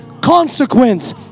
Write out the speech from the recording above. consequence